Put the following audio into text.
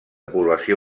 població